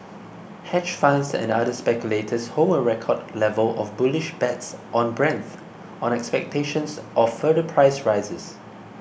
hedge funds and other speculators hold a record level of bullish bets on Brent on expectations of further price rises